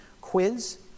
quiz